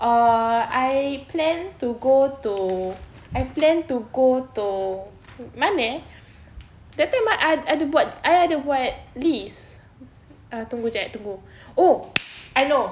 err I plan to go to I plan to go to mana eh that time I I ada buat I ada buat list uh tunggu jap tunggu oh I know